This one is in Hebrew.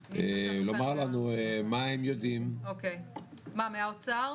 זה אשרור של --- אוקיי, תבדקו את עניין המדינה.